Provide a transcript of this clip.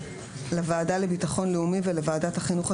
13. לוועדה לביטחון לאומי ולוועדת החינוך,